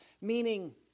Meaning